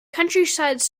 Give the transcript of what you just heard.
countryside